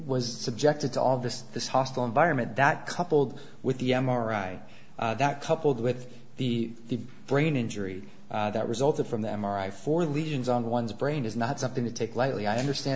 was subjected to all this this hostile environment that coupled with the m r i that coupled with the brain injury that resulted from the m r i for lesions on one's brain is not something to take lightly i understand